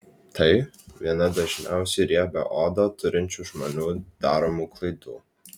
tai viena dažniausiai riebią odą turinčių žmonių daromų klaidų